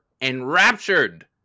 enraptured